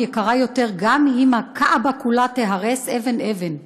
יקרה יותר גם אם הכעבה כולה תיהרס אבן-אבן.